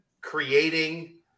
creating